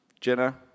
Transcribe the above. Jenna